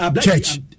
church